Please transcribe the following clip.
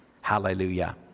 Hallelujah